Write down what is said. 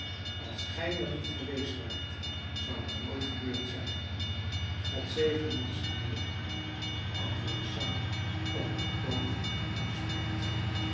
als gij er niet geweest waart zou het nooit gebeurd zijn god zegene ons mijnheer antwoordde sam op een toon van diepe spijt